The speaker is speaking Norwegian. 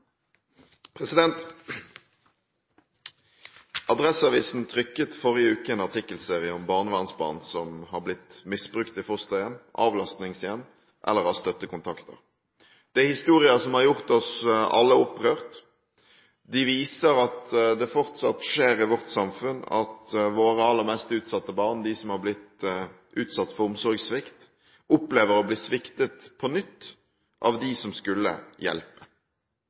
Adresseavisen trykket forrige uke en artikkelserie om barnevernsbarn som har blitt misbrukt i fosterhjem, i avlastningshjem eller av støttekontakter. Dette er historier som har gjort oss alle opprørt. De viser at det fortsatt skjer i vårt samfunn at våre aller mest utsatte barn, de som har blitt utsatt for omsorgssvikt, opplever å bli sviktet på nytt av dem som skulle hjelpe.